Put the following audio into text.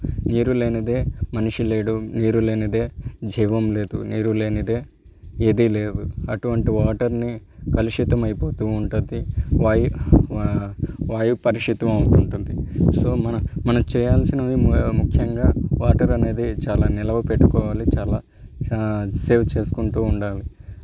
నీరు లేనిదే మనిషి లేడు నీరు లేనిదే జీవం లేదు నీరు లేనిదే ఏదీ లేదు అటువంటి వాటర్ని కలుషితం అయిపోతూ ఉంటుంది వాయు వాయు కలుషితం అవుతూ ఉంటుంది సో మన మనం చేయాల్సినవి ముఖ్యంగా వాటర్ అనేది చాలా నిలవ పెట్టుకోవాలి చాలా సేవ్ చేసుకుంటూ ఉండాలి